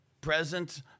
Present